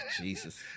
Jesus